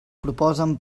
proposen